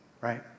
Right